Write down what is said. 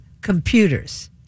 computers